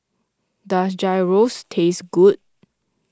does Gyros taste good